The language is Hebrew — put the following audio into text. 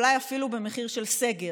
אולי אפילו במחיר של סגר,